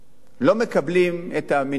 לא מקבלים את המינרלים,